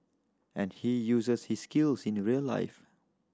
and he uses his skills in a real life